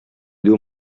due